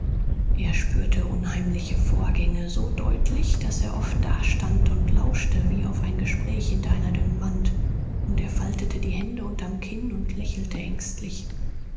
er spürte unheimliche vorgänge so deutlich daß er oft dastand und lauschte wie auf ein gespräch hinter einer dünnen wand und er faltete die hände unterm kinn und lächelte ängstlich